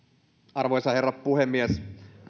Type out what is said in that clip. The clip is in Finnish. arvoisa herra puhemies